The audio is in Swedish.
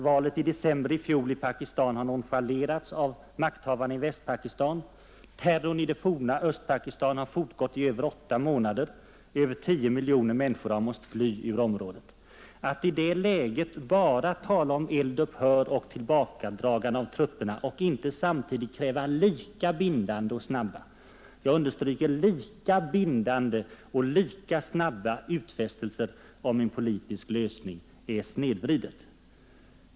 Valet i december i fjol i Pakistan har nonchalerats av makthavarna i Västpakistan. Terrorn i det forna Östpakistan har fortgått i över åtta månader. Över tio miljoner människor har måst fly ur området. Att i det läget bara tala om eld-upphör och tillbakadragande av trupperna och inte samtidigt kräva lika bindande och snabba — jag understryker lika bindande och lika snabba — utfästelser om en politisk lösning är snedvridet.